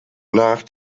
nach